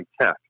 tech